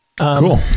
Cool